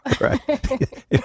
Right